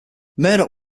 murdoch